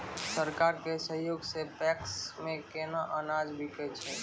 सरकार के सहयोग सऽ पैक्स मे केना अनाज बिकै छै?